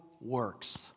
works